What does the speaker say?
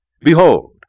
Behold